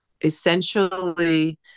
essentially